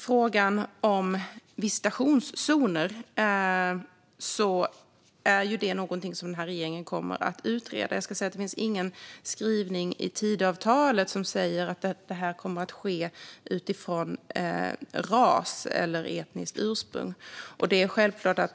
Frågan om visitationszoner är någonting som den här regeringen kommer att utreda. Det finns ingen skrivning i Tidöavtalet som säger att det här kommer att ske utifrån ras eller etniskt ursprung.